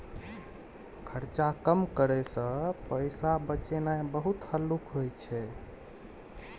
खर्चा कम करइ सँ पैसा बचेनाइ बहुत हल्लुक होइ छै